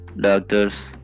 doctors